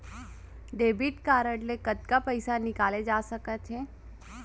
Debit card ले कतका पइसा निकाले जाथे सकत हे?